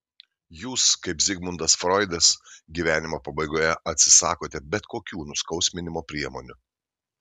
jūs kaip zigmundas froidas gyvenimo pabaigoje atsisakote bet kokių nuskausminimo priemonių